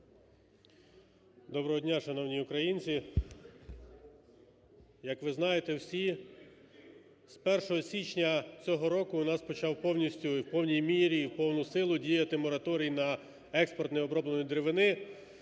Доброго дня, шановні українці! Як ви знаєте всі, з 1 січня цього року у нас почав повністю… в повній мірі і в повну силу діяти мораторій на експортне оброблення деревини.